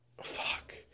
Fuck